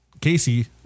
Casey